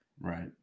Right